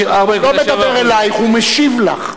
הוא לא מדבר אלייך, הוא משיב לך.